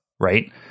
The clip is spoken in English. right